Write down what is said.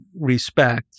respect